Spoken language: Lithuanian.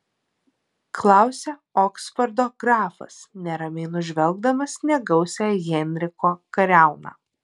klausia oksfordo grafas neramiai nužvelgdamas negausią henriko kariauną